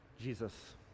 Jesus